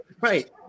right